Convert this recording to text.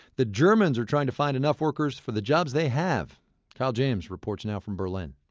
the germans are trying to find enough workers for the jobs they have kyle james reports and from berlin